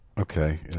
Okay